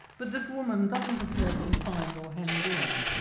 but this woman doesn't appear confined or hemmed in.